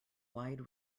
wide